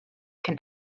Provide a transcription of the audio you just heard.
can